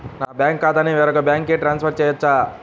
నా బ్యాంక్ ఖాతాని వేరొక బ్యాంక్కి ట్రాన్స్ఫర్ చేయొచ్చా?